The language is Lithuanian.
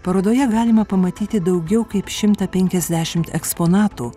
parodoje galima pamatyti daugiau kaip šimtą penkiasdešimt eksponatų